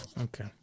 Okay